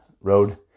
road